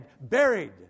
buried